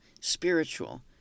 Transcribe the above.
spiritual